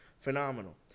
phenomenal